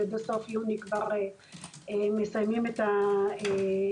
בסוף יוני כבר מסיימים את הלימודים.